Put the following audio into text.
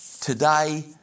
today